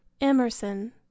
Emerson